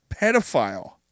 pedophile